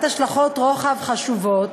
שיש לה השלכות רוחב חשובות,